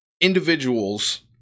individuals